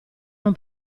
non